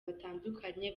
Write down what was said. batandukanye